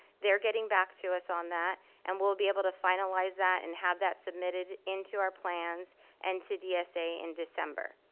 they're getting back to us on that and we'll be able to finalize that and have that submitted into our plans and to dsa in december.